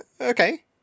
Okay